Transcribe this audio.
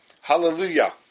Hallelujah